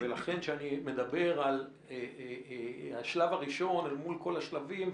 ולכן כשאני מדבר על השלב הראשון אל מול כל השלבים,